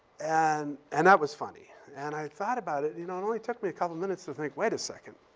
and and that was funny. and i thought about it. you know, it only took me a couple minutes to think, wait a second.